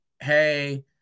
hey